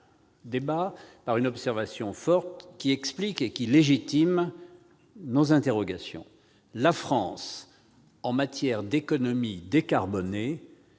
débat par une observation forte, qui explique et qui légitime nos interrogations : la France, en matière d'économie décarbonée,